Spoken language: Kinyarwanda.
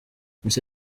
misa